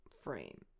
Frame